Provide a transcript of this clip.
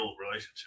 relationship